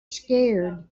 scared